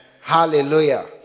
Hallelujah